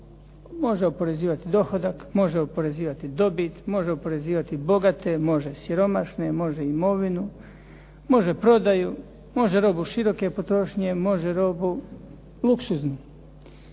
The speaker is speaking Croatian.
Može oporezivati dohodak, može oporezivati dobit, može oporezivati bogate, može siromašne, može imovinu, može prodaju, može robu široke potrošnje, može robu luksuznu.